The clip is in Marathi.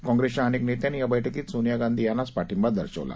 काँग्रस्त्रिया अनक्त नस्त्रांनी या बैठकीत सोनिया गांधी यांनाच पाठिंबा दर्शवला